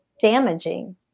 damaging